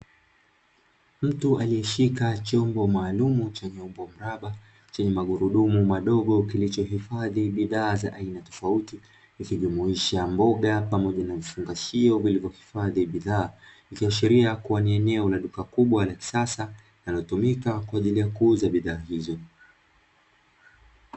Mtu aliyeshika chombo maalumu chenye umbo mraba, chenye magurudumu madogo kilichohifadhi bidhaa za aina tofauti, ikijumuisha mboga pamoja na vifungashio vilivyohifadhi bidhaa. Ikiashiria kuwa ni eneo la duka kubwa la kisasa yanayotumika kwa ajili ya kuuza bidhaa hizo.